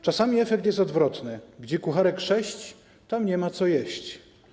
Czasami efekt jest odwrotny: gdzie kucharek sześć, tam nie ma co jeść.